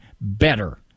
better